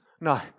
no